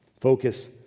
Focus